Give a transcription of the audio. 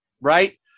right